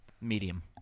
Medium